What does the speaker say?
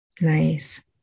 Nice